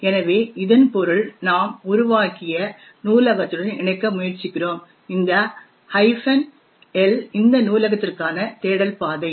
எனவே இதன் பொருள் நாம் உருவாக்கிய நூலகத்துடன் இணைக்க முயற்சிக்கிறோம் இந்த L இந்த நூலகத்திற்கான தேடல் பாதை